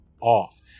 off